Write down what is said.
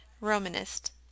Romanist